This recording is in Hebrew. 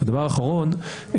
והדבר האחרון,